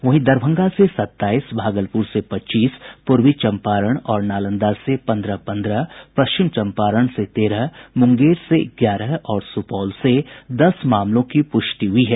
वहीं दरभंगा से सताईस भागलपुर से पच्चीस पूर्वी चंपारण और नालंदा से पंद्रह पंद्रह पश्चिम चंपारण से तेरह मुंगेर से ग्यारह और सुपौल से दस मामलों की पुष्टि हुई है